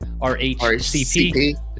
RHCP